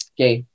Okay